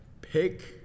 pick